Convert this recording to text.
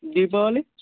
Deepavali